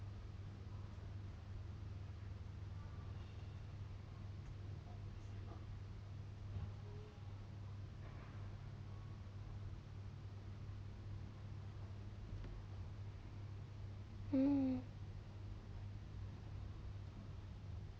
hmm